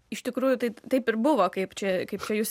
iš tikrųjų tai taip ir buvo kaip čia kaip jūs